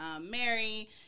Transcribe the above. Mary